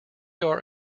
are